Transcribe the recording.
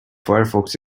firefox